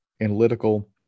analytical